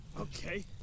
Okay